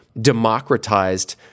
democratized